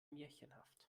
märchenhaft